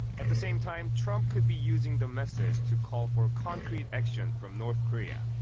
at the same time, trump could be using the message to call for concrete action from north korea.